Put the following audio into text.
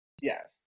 yes